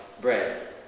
bread